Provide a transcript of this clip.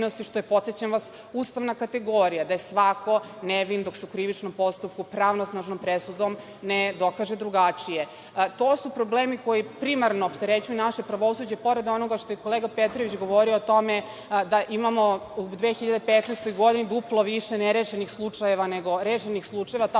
što je, podsećam vas, ustavna kategorija, da je svako nevin dok se u krivičnom postupku pravosnažnom presudom ne dokaže drugačije. To su problemi koji primarno opterećuju naše pravosuđe, pored onoga što je kolega Petrović govorio o tome da imamo u 2015. godini duplo više nerešenih slučajeva nego rešenih slučajeva,